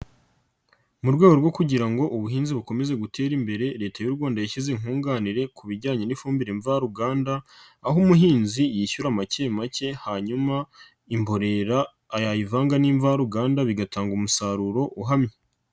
Mu rwego rwo kugira ngo ubuhinzi bukomeze butere imbere Leta y'u Rwanda yashyize nkunganire ku bijyanye n'ifumbire mvaruganda, aho umuhinzi yishyura make make hanyuma imborera yayivanga n'imvaruganda bigatanga umusaruro uhamye.